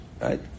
right